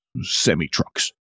semi-trucks